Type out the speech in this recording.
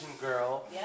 girl